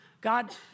God